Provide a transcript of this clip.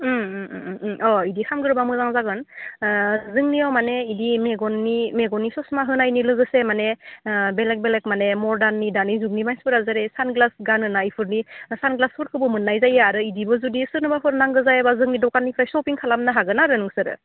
अ बिदि खालामग्रोबा मोजां जागोन जोंनियाव माने बिदि मेगननि ससमा होनायनि लोगोसे माने बेलेग बेलेग माने मदार्ननि दानि जुगनि मानसिफोरा जेरै सानग्लास गानोना बेफोरनि सानग्लासफोरखौबो मोननाय जायो आरो बिदिबो जुदि सोरनोबाफोर नांगौ जायोबा जोंनि दखाननिफ्राय सपिं खालामनो हागोन आरो नोंसोरो